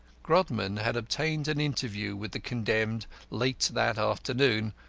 grodman had obtained an interview with the condemned late that afternoon,